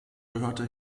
gehörte